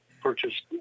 purchased